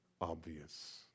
Obvious